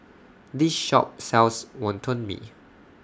This Shop sells Wonton Mee